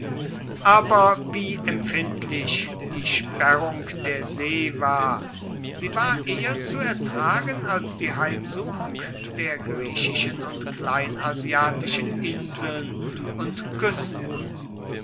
aber wie empfindlich die sperrung der see war sie war eher zu ertragen als die heimsuchung der griechischen und kleinasiatischen inseln und küsten